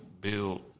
build